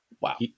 Wow